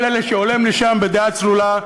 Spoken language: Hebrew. כל אלה שעולים לשם בדעה צלולה,